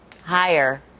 higher